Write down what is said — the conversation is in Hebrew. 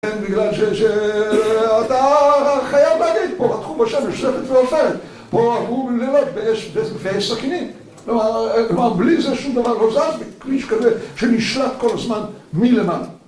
בגלל ש שאתה חייב להגיד, פה התחום של שבט ראובן, פה ההוא לומד באש וסכינים כלומר, בלי זה שום דבר לא זז, בכביש כזה, שנשלט כל הזמן מלמעלה